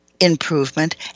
improvement